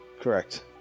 Correct